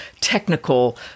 technical